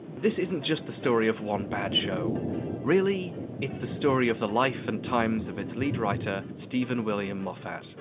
this isn't just the story of one bad show really it's the story of the life and times of its lead writer stephen william moffat.